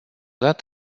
dat